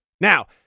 Now